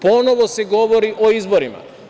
Ponovo se govori o izborima.